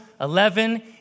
Eleven